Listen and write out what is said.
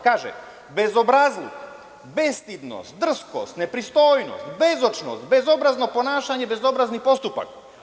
Kaže, bezobrazluk – bestidnost, drskost, nepristojnost, bezočnost, bezobrazno ponašanje, bezobrazni postupak.